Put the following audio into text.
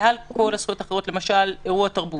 מעל כל הזכויות האחרות, למשל אירוע תרבות.